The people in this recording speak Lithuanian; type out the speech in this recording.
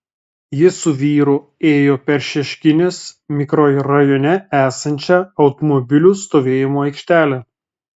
ji su vyru ėjo per šeškinės mikrorajone esančią automobilių stovėjimo aikštelę